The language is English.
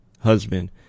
husband